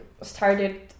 started